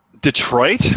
Detroit